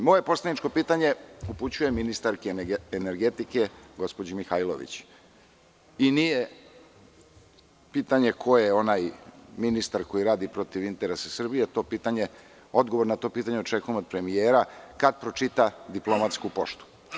Moje poslaničko pitanje upućujem ministarki energetike, gospođi Mihajlović i nije pitanje ko je onaj ministar koji radi protiv interesa Srbije, odgovor na to pitanje očekujem od premijera, kada pročita diplomatsku poštu.